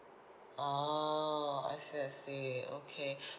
oh I see I see okay